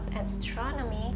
astronomy